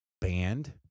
Band